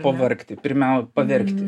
pavargti pirmiau paverkti